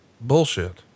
bullshit